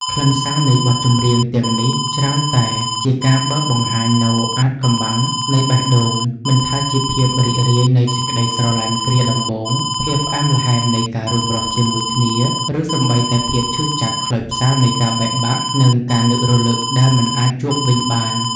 ខ្លឹមសារនៃបទចម្រៀងទាំងនេះច្រើនតែជាការបើកបង្ហាញនូវអាថ៌កំបាំងនៃបេះដូង មិនថាជាភាពរីករាយនៃសេចក្ដីស្រឡាញ់គ្រាដំបូង ភាពផ្អែមល្ហែមនៃការរួមរស់ជាមួយគ្នា ឬសូម្បីតែភាពឈឺចាប់ខ្លោចផ្សានៃការបែកបាក់ និងការនឹករលឹកដែលមិនអាចជួបវិញបាន។